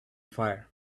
fire